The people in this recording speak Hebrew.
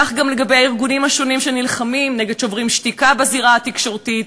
כך גם לגבי הארגונים שנלחמים נגד "שוברים שתיקה" בזירה התקשורתית,